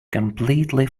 completely